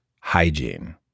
hygiene